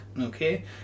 okay